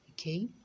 okay